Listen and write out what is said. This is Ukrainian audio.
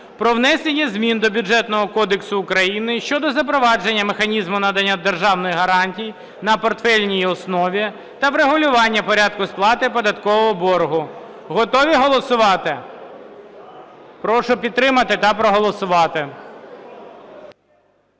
про внесення змін до Бюджетного кодексу України щодо запровадження механізму надання державних гарантій на портфельній основі та врегулювання порядку сплати податкового боргу. Готові голосувати? Прошу підтримати та проголосувати.